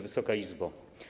Wysoka Izbo!